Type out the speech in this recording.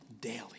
daily